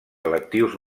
electius